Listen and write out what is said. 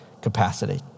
capacity